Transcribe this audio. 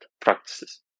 practices